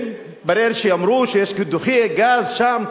אמרו שיש קידוחי גז שם,